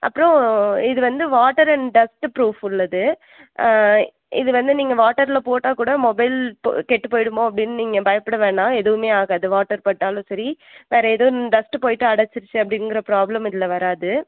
அப்புறம் இது வந்து வாட்டர் அண்ட் டஸ்ட் ப்ரூப் உள்ளது இது வந்து நீங்கள் வாட்டரில் போட்டால் கூட மொபைல் கெட்டு போய்டுமோ அப்படினு நீங்கள் பயப்பட வேண்டாம் எதுவுமே ஆகாது வாட்டர் பட்டாலும் சரி வேறே ஏதும் டஸ்ட் போய்விட்டு அடைச்சிருச்சு அப்படிங்கிற ப்ராப்ளம் இதில் வராது